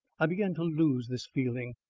i began to lose this feeling.